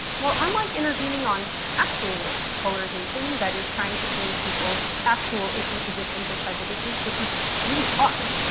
well, unlike intervening on actual polarization that is trying to change people's actual issue positions or prejudices, which is really hard.